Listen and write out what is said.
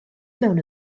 mewn